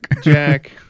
Jack